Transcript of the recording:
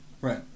Right